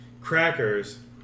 crackers